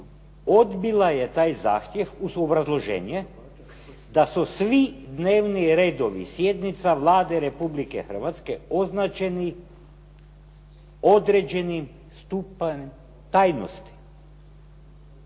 odbila je taj zahtjev uz obrazloženje da su svi dnevni redovi sjednica Vlade Republike Hrvatske označeni određenim stupanj tajnosti".